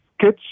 kids